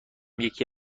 یکی